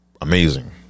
amazing